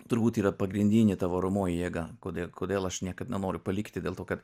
turbūt yra pagrindinė ta varomoji jėga kodėl kodėl aš niekad nenoriu palikti dėl to kad